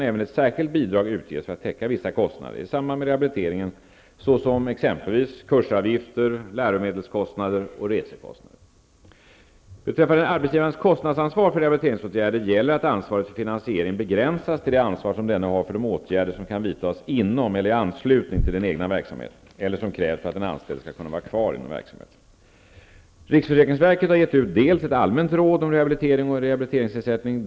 Beträffande arbetsgivarens kostnadsansvar för rehabiliteringsåtgärder gäller att ansvaret för finansieringen begränsas till det ansvar som denne har för de åtgärder som kan vidtas inom eller i anslutning till den egna verksamheten eller som krävs för att den anställde skall kunna vara kvar inom verksamheten.